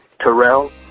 Terrell